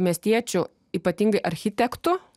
miestiečių ypatingai architektų